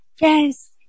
Yes